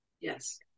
yes